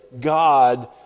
God